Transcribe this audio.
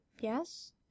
yes